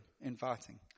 inviting